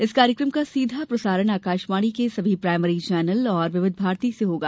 इस कार्यक्रम का सीधा प्रसारण रेडियो के सभी प्राइमरी चैनल और विविध भारती से होगा